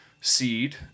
seed